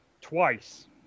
twice